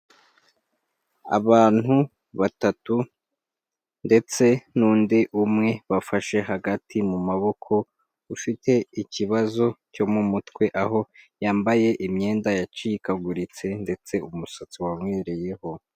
Abantu batatu ndetse n'undi umwe bafashe hagati mu maboko ufite ikibazo cyo mu mutwe aho yambaye imyenda yacikaguritse ndetse umusatsi wamwereyeho.